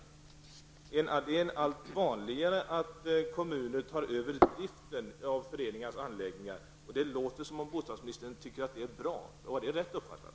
Det är allt vanligare att kommuner tar över driften av föreningars anläggningar. Det låter som om bostadsministern tycker att det är bra. Var det rätt uppfattat?